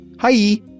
Hi